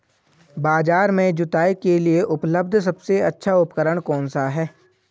बाजार में जुताई के लिए उपलब्ध सबसे अच्छा उपकरण कौन सा है?